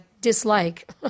dislike